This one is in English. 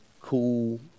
cool